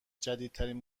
جدیدترین